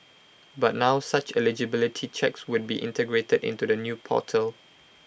but now such eligibility checks would be integrated into the new portal